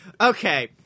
Okay